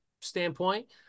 standpoint